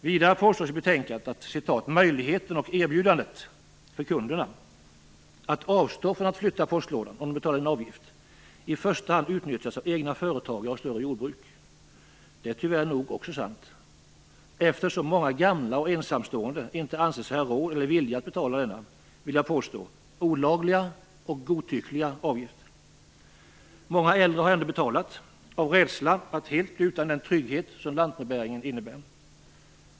Vidare påstås i betänkandet att "möjligheten" och "erbjudandet" för kunderna att avstå från att flytta postlådan om de betalar en avgift i första hand utnyttjats av egna företagare och större jordbruk. Det är nog tyvärr också sant, eftersom många gamla och ensamstående inte vill eller anser sig ha råd att betala denna, vill jag påstå, olagliga och godtyckliga avgift. Många äldre har ändå betalat, av rädsla för att helt bli utan den trygghet som lantbrevbäringen innebär.